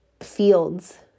fields